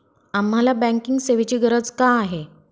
आम्हाला बँकिंग सेवेची गरज का आहे?